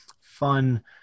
fun